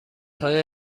های